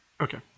Okay